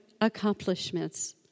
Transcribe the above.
accomplishments